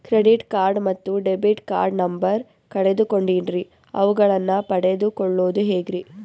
Credit card ಮತ್ತು debit card number ಕಳೆದುಕೊಂಡಿನ್ರಿ ಅವುಗಳನ್ನ ಪಡೆದು ಕೊಳ್ಳೋದು ಹೇಗ್ರಿ?